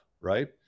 right